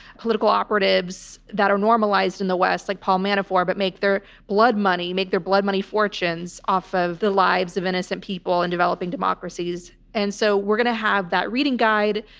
political operatives that are normalized in the west, like paul manafort, but make their blood money, make their blood money fortunes off of the lives of innocent people in developing democracies. and so we're going to have that reading guide.